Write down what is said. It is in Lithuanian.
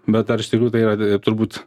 bet ar iš tikrųjų tai yra turbūt